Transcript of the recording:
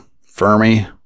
Fermi